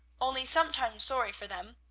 only sometimes sorry for them,